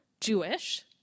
Jewish